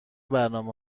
برنامه